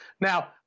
now